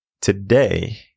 today